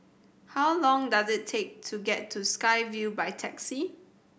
how long does it take to get to Sky Vue by taxi